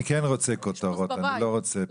אני כן רוצה כותרות, אני לא רוצה פרטים.